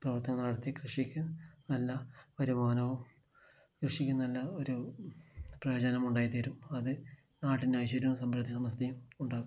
പ്രവർത്തനം നടത്തി കൃഷിക്ക് നല്ല വരുമാനവും കൃഷിക്ക് നല്ല ഒരു പ്രയോജനമുണ്ടായി തീരും അത് നാടിന് ഐശ്വര്യവും സമ്പൽസമൃദ്ധിയും ഉണ്ടാകും